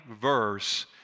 verse